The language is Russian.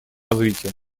развития